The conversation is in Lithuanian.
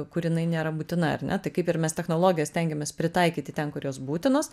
kur jinai nėra būtina ar ne tai kaip ir mes technologijas stengiamės pritaikyti ten kur jos būtinos